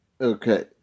Okay